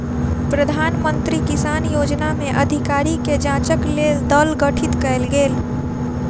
प्रधान मंत्री किसान योजना में अधिकारी के जांचक लेल दल गठित कयल गेल